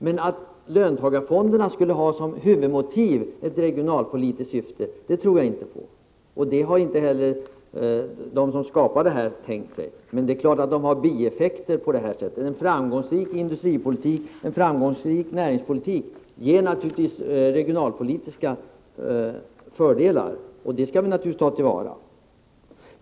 Men att löntagarfonderna skulle ha som huvudmotiv att verka i regionalpolitiskt syfte tror jag inte på, och det har inte heller de som skapat systemet tänkt sig. Men det är klart att löntagarfonderna har bieffekter på det här sättet: en framgångsrik industripolitik, en framgångsrik näringspolitik, ger naturligtvis regionalpolitiska fördelar, och dessa skall vi ta till vara.